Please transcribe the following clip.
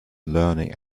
learning